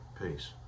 Peace